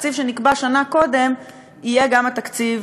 התקציב שנקבע שנה קודם יהיה גם התקציב